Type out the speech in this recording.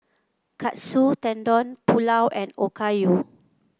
Katsu Tendon Pulao and Okayu